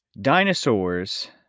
dinosaurs